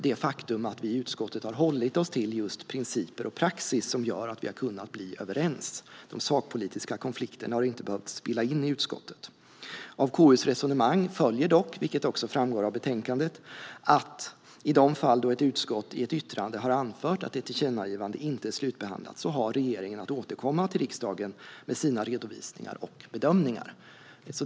Det faktum att vi i utskottet har hållit oss till just principer och praxis gjorde att vi kunde bli överens. De sakpolitiska konflikterna har inte behövt spilla in i utskottet. Av KU:s resonemang följer dock, vilket också framgår av betänkandet, att i de fall då ett utskott i ett yttrande har anfört att ett tillkännagivande inte är slutbehandlat har regeringen att återkomma till riksdagen med sina redovisningar och bedömningar.